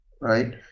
Right